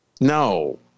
No